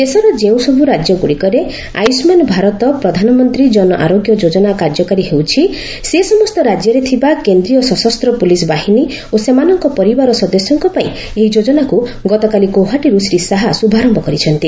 ଦେଶର ଯେଉଁସବୁ ରାଜ୍ୟ ଗୁଡ଼ିକରେ ଆୟୁଷ୍ମାନ୍ ଭାରତ ପ୍ରଧାନମନ୍ତ୍ରୀ ଜନଆରୋଗ୍ୟ ଯୋଜନା କାର୍ଯ୍ୟକାରୀ ହେଉଛି ସେ ସମସ୍ତ ରାଜ୍ୟରେ ଥିବା କେନ୍ଦ୍ରୀୟ ସଶସ୍ତ ପୁଲିସ୍ ବାହିନୀ ଓ ସେମାନଙ୍କ ପରିବାର ସଦସ୍ୟଙ୍କ ପାଇଁ ଏହି ଯୋଜନାକୁ ଗତକାଲି ଗୌହାଟୀରୁ ଶ୍ରୀ ଶାହା ଶୁଭାରମ୍ଭ କରିଛନ୍ତି